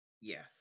Yes